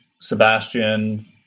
Sebastian